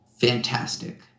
fantastic